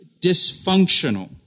dysfunctional